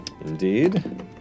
Indeed